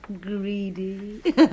Greedy